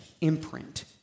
imprint